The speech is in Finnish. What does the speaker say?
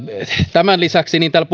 tämän lisäksi täällä